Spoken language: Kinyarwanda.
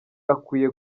akwiye